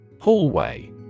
Hallway